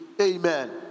Amen